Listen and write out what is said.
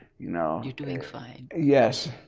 you know you're doing fine. yes,